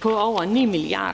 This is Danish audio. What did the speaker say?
på over 9 mia.